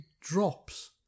drops